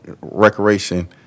Recreation